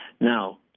now